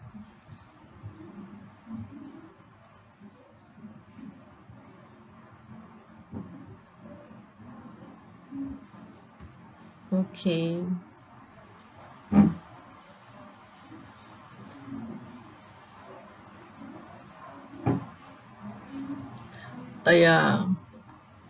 okay !aiya!